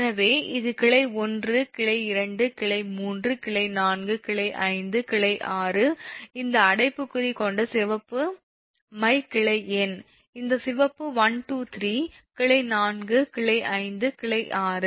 எனவே இது கிளை 1 கிளை 2 கிளை 3 கிளை 4 கிளை 5 கிளை 6 கிளை 7 இந்த அடைப்புக்குறி கொண்ட சிவப்பு மை கிளை எண் இந்த சிவப்பு 123 கிளை 4 கிளை 5 கிளை 6